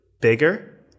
bigger